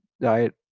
diet